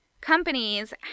companies